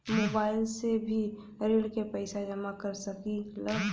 Mobile से भी ऋण के पैसा जमा कर सकी ला?